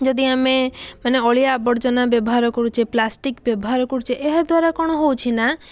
ଯଦି ଆମେ ମାନେ ଅଳିଆ ଆବର୍ଜନା ବ୍ୟବହାର କରୁଛୁ ପ୍ଲାଷ୍ଟିକ୍ ବ୍ୟବହାର କରୁଛୁ ଏହାଦ୍ୱାରା କ'ଣ ହେଉଛିନା